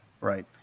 right